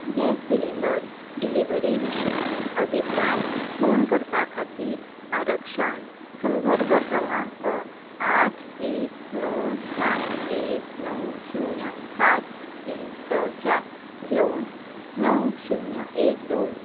gas cylinder delivery विशीं अभिप्राय नोंद करपा खातीर आरक्षण संदर्भ क्रमांक आठ एक णव सात एक णव शुन्य सात तीन स चार घेवन णव शुन्य एक दोन